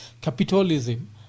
capitalism